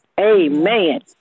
Amen